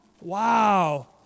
Wow